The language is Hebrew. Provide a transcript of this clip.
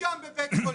מונשם בבית-חולים,